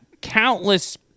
countless